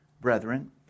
brethren